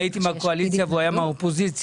אני הייתי מן הקואליציה והוא היה מן האופוזיציה.